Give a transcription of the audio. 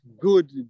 good